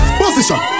position